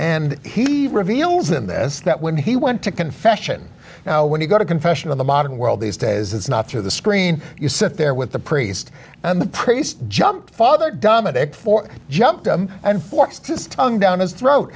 and he reveals in this that when he went to confession now when you go to confession in the modern world these days it's not through the screen you sit there with the priest and the priest jump father dominic for jumped him and forced his tongue down his throat